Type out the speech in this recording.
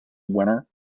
winner